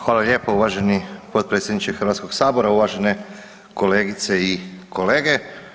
Hvala lijepo uvaženi potpredsjedniče Hrvatskoga sabora, uvažene kolegice i kolege.